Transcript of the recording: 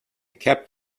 kept